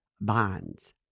bonds